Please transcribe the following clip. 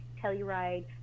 telluride